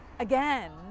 Again